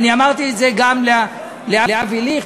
ואמרתי את זה גם לאבי ליכט,